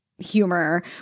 humor